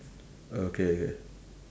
okay okay